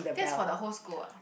that's for the whole school what